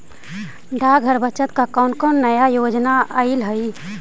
डाकघर बचत का कौन कौन नया योजना अइले हई